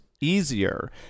easier